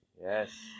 Yes